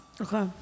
Okay